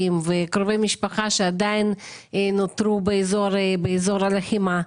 וקרובי משפחה שעדיין נותרו באזור הלחימה.